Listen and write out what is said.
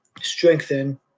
strengthen